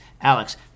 Alex